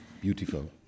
Beautiful